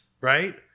right